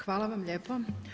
Hvala vam lijepo.